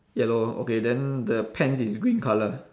yellow okay then the pants is green colour